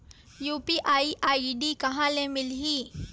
UPI ID कहां ले मिलही?